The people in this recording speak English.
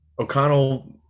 O'Connell